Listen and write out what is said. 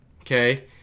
Okay